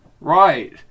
Right